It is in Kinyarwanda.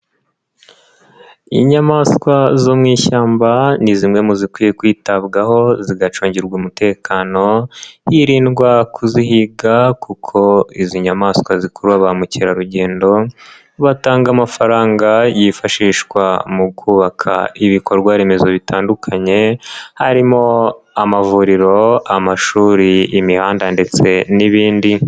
Inyamaswa zo mu ishyamba ni zimwe mu zikwiye kwitabwaho zigacungirwa umutekano hirindwa kuzihiga kuko izi nyamaswa zikurura ba mukerarugendo, batanga amafaranga yifashishwa mu kubaka ibikorwaremezo bitandukanye harimo amavuriro, amashuri, imihanda ndetse n'ibindi.